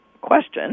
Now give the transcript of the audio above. question